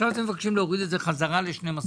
ועכשיו אתם מבקשים להוריד את זה חזרה ל-12 חודשים.